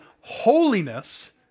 holiness